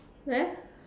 there